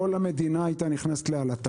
כל המדינה היתה נכנסת לעלטה.